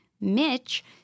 Mitch